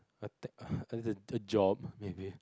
a tech~ a a job maybe